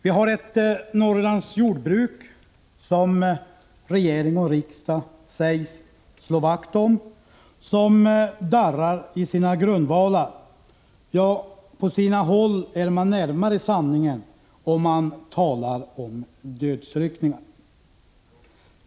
Vi har ett Norrlandsjordbruk som regering och riksdag sägs slå vakt om men som darrar i sina grundvalar; ja, på sina håll är man närmare sanningen, om man talar om dödsryckningar.